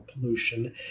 pollution